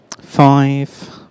Five